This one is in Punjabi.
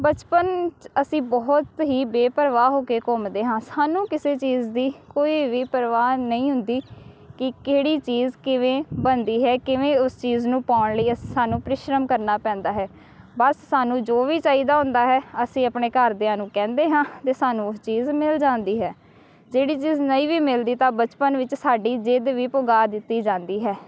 ਬਚਪਨ 'ਚ ਅਸੀਂ ਬਹੁਤ ਹੀ ਬੇਪਰਵਾਹ ਹੋ ਕੇ ਘੁੰਮਦੇ ਹਾਂ ਸਾਨੂੰ ਕਿਸੇ ਚੀਜ਼ ਦੀ ਕੋਈ ਵੀ ਪਰਵਾਹ ਨਹੀਂ ਹੁੰਦੀ ਕਿ ਕਿਹੜੀ ਚੀਜ਼ ਕਿਵੇਂ ਬਣਦੀ ਹੈ ਕਿਵੇਂ ਉਸ ਚੀਜ਼ ਨੂੰ ਪਾਉਣ ਲਈ ਸਾਨੂੰ ਪਰੀਸ਼੍ਰਮ ਕਰਨਾ ਪੈਂਦਾ ਹੈ ਬਸ ਸਾਨੂੰ ਜੋ ਵੀ ਚਾਹੀਦਾ ਹੁੰਦਾ ਹੈ ਅਸੀਂ ਆਪਣੇ ਘਰਦਿਆਂ ਨੂੰ ਕਹਿੰਦੇ ਹਾਂ ਅਤੇ ਸਾਨੂੰ ਉਹ ਚੀਜ਼ ਮਿਲ ਜਾਂਦੀ ਹੈ ਜਿਹੜੀ ਚੀਜ਼ ਨਹੀਂ ਵੀ ਮਿਲਦੀ ਤਾਂ ਬਚਪਨ ਵਿੱਚ ਸਾਡੀ ਜਿੱਦ ਵੀ ਪੁਗਾ ਦਿੱਤੀ ਜਾਂਦੀ ਹੈ